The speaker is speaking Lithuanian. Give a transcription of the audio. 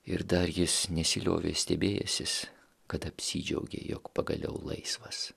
ir dar jis nesiliovė stebėjęsis kad apsidžiaugė jog pagaliau laisvas